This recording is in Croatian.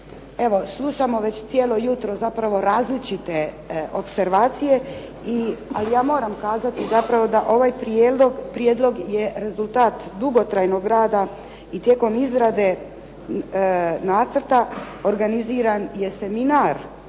slušamo već cijelo jutro zapravo različite opservacije, ali ja moram kazati zapravo ovaj prijedlog je prijedlog je rezultat dugotrajnog rada i tijekom izrade nacrta, organiziran je seminar